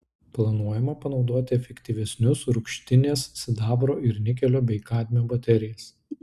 planuojama panaudoti efektyvesnius rūgštinės sidabro ir nikelio bei kadmio baterijas